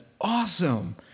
awesome